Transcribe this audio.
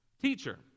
Teacher